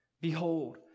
Behold